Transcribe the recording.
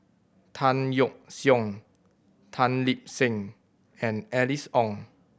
Tan Yeok Seong Tan Lip Seng and Alice Ong